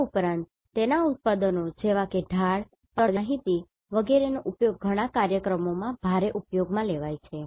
આ ઉપરાંત તેના ઉત્પાદનો જેવા કે ઢાળ પાસા અને તટપ્રદેશ માહિતી વગેરેનો ઉપયોગ ઘણા કાર્યક્રમોમાં ભારે ઉપયોગમાં લેવાય છે